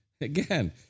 again